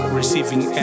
receiving